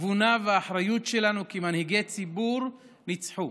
שהתבונה והאחריות שלנו כמנהיגי ציבור ניצחו,